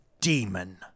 demon